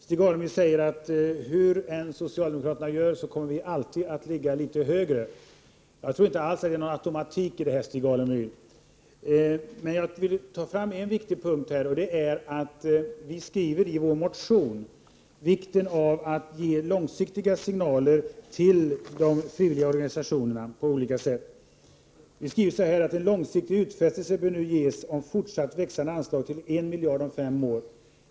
Stig Alemyr säger att hur än socialdemokraterna gör kommer vi alltid att ligga litet högre. Jag tror inte alls att det är någon automatik i detta, Stig Alemyr. Men jag vill ta fram en viktig punkt. Vi skriver nämligen i vår motion om vikten av att på olika sätt ge långsiktiga signaler till de frivilliga organisationerna: En långsiktig utfästelse bör nu ges om fortsatt växande anslag till en miljard om fem år.